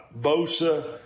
Bosa